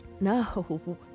no